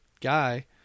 guy